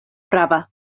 prava